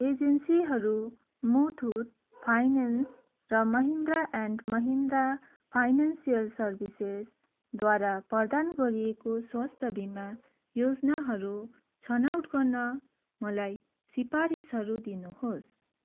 एजेन्सीहरू मुथुट फाइनेन्स र Mahindra and Mahindra financial सर्भिसेसद्वारा प्रदान गरिएको स्वास्थ्य बिमा योजनाहरू छनौट गर्न मलाई सिपारिसहरू दिनुहोस्